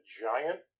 Giant